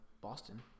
Boston